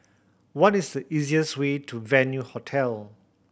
what is the easiest way to Venue Hotel